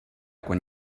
quan